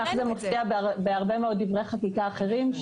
כך זה מופיע בהרבה מאוד דברי חקיקה אחרים,